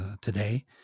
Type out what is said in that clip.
today